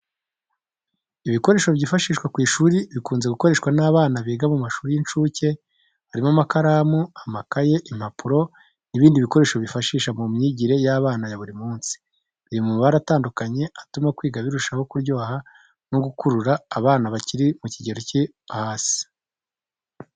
Ibikoresho byifashishwa ku ishuri bikunze gukoreshwa n’abana biga mu mashuri y'incuke. Harimo amakaramu, amakaye, impapuro, n’ibindi bikoresho bifasha mu myigire y’abana ya buri munsi. Biri mu mabara atandukanye atuma kwiga birushaho kuryoha no gukurura abana bakiri mu kigero cyo hasi.